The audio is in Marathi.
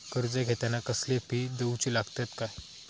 कर्ज घेताना कसले फी दिऊचे लागतत काय?